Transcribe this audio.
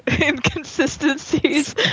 inconsistencies